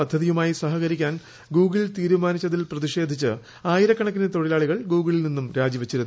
പദ്ധതിയുമായി സഹകരിക്കാൻ ഗൂഗിൾ തീരുമാനിച്ചതിൽ പ്രതിഷേധിച്ച് ആയിരക്കണക്കിന് തൊഴിലാളികൾ ഗൂഗിളിൽ നിന്നും രാജി വച്ചിരുന്നു